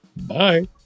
Bye